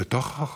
בתוך החוק.